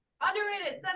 Underrated